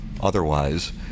otherwise